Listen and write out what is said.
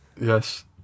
Yes